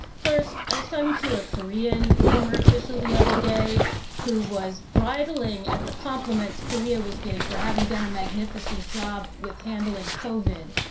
first, i was talking to a korean former official the other day who was bridling at the complements korea was getting for having done a magnificent job with handling covid.